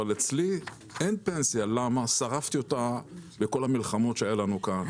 אבל אצלי אין פנסיה כי שרפתי אותה בכל המלחמות שהיו לנו כאן.